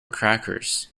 crackers